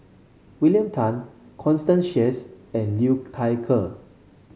William Tan Constance Sheares and Liu Thai Ker